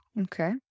Okay